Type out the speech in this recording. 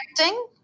Acting